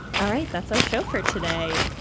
all right. that's our show for today.